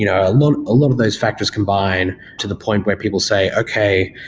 you know lot ah lot of those factors combine to the point where people say, okay,